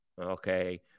Okay